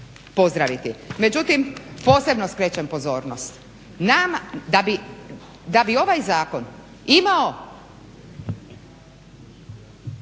pozdraviti. Međutim, posebno skrećem pozornost, da bi ovaj zakon imao